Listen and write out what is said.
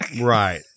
Right